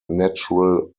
natural